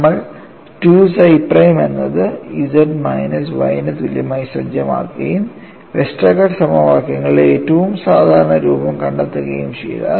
നമ്മൾ 2 psi prime എന്നത് Z minus Y ന് തുല്യമായി സജ്ജമാക്കുകയും വെസ്റ്റർഗാർഡ് സമവാക്യങ്ങളുടെ ഏറ്റവും സാധാരണ രൂപം കണ്ടെത്തുകയും ചെയ്താൽ